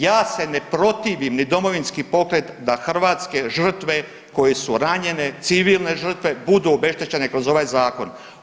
Ja se ne protivim ni Domovinski pokret da hrvatske žrtve koje su ranjene, civilne žrtve budu obeštećene kroz ovaj zakon.